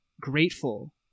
grateful